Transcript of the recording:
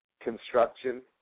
construction